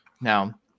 Now